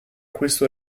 questo